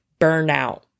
burnout